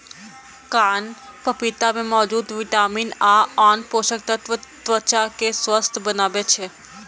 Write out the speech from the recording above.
कांच पपीता मे मौजूद विटामिन आ आन पोषक तत्व त्वचा कें स्वस्थ बनबै छै